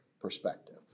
perspective